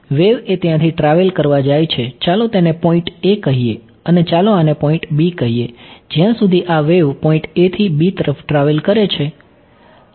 wave એ ત્યથી travel કરવા જાય છે ચાલો તેને પોઈન્ટ a કહીએ અને ચાલો આને પોઈન્ટ b કહીએ જ્યાં સુધી આ વેવ પોઈન્ટ a થી b તરફ ટ્રાવેલ કરે છે